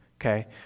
okay